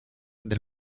del